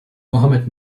mohamed